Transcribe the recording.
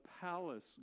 palace